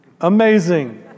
Amazing